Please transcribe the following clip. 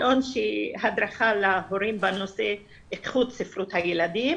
עלון הדרכה להורים בנושא איכות ספרות הילדים